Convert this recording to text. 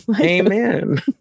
Amen